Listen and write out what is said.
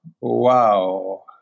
wow